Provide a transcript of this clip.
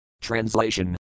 Translation